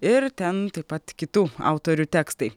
ir ten taip pat kitų autorių tekstai